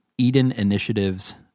Edeninitiatives